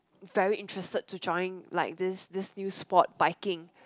very interested to join like this this new sport biking